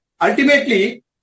Ultimately